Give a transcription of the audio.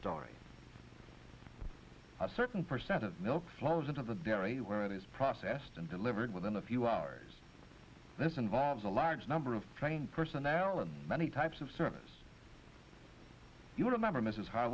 story a certain percent of milk flows into the dairy where it is processed and delivered within a few hours this involves a large number of trained personalities many types of service you remember mrs h